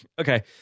Okay